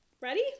ready